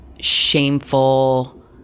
shameful